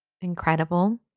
incredible